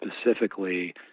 specifically